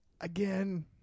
again